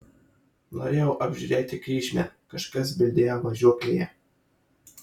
norėjau apžiūrėti kryžmę kažkas bildėjo važiuoklėje